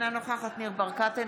אינה נוכחת ניר ברקת,